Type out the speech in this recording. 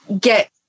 get